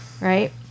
Right